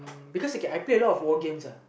uh because I play a lot of war games uh